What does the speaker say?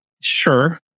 sure